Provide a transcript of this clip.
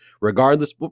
regardless